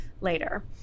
later